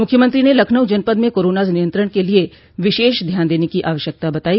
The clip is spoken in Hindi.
मुख्यमंत्री ने लखनऊ जनपद में कोरोना नियंत्रण के लिए विशेष ध्यान देने की आवश्यकता बतायी